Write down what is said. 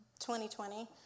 2020